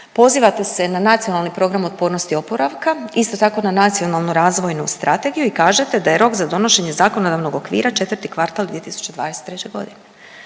pozivate se na Nacionalni plan otpornosti i oporavka, isto tako na Nacionalnu razvojnu strategiju i kažete da je rok za donošenje zakonodavnog okvira 4. kvartal 2023. g.